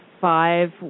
five